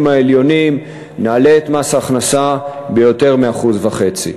העליונים נעלה את מס ההכנסה ביותר מ-1.5%.